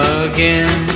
again